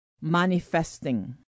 manifesting